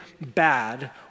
bad